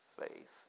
Faith